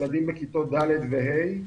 ילדים בכיתות ד' ו-ה',